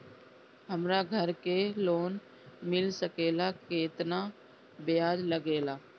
हमरा घर के लोन मिल सकेला केतना ब्याज लागेला?